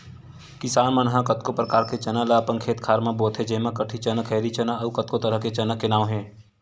किसान मन ह कतको परकार के चना ल अपन खेत खार म बोथे जेमा कटही चना, खैरी चना अउ कतको तरह के चना के नांव हे